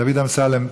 דוד אמסלם,